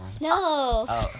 No